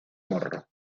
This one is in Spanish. morro